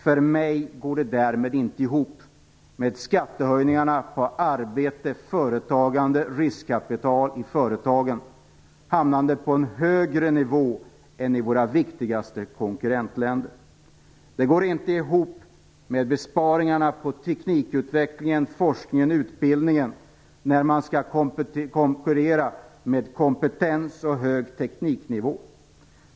För mig går det därmed inte ihop med skattehöjningarna på arbete, företagande och riskkapital i företagen, vilket gör att dessa skatter hamnar på en högre nivå än motsvarande skatter i våra viktigaste konkurrentländer. Det går inte ihop att genomföra besparingar på teknikutveckling, forskning och utbildning när vi skall konkurrera med kompetens och hög tekniknivå.